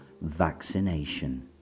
vaccination